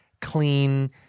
clean